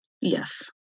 Yes